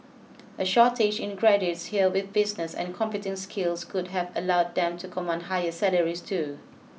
a shortage in graduates here with business and computing skills could have allowed them to command higher salaries too